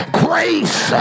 grace